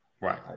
Right